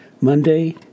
Monday